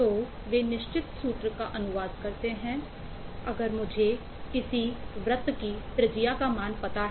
तो वे निश्चित सूत्र का अनुवाद करते हैं अगर मुझे किसी वृत्त की त्रिज्या का मान पता है